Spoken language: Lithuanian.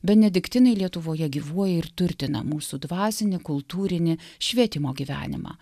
benediktinai lietuvoje gyvuoja ir turtina mūsų dvasinį kultūrinį švietimo gyvenimą